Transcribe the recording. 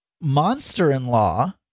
Monster-in-law